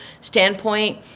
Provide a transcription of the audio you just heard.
standpoint